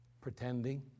pretending